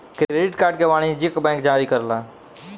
credit card के वाणिजयक bank जारी करेला